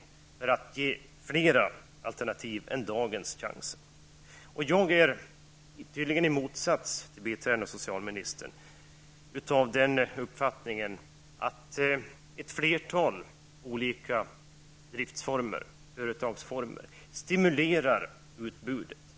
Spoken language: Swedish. Det gäller ju att kunna erbjuda flera alternativ utöver de möjligheter, chanser, som finns i dag. Jag är, tydligen i motsats till vad biträdande socialministern tycker, av den uppfattningen att just detta med att det finns ett flertal olika driftsformer, företagsformer, stimulerar utbudet.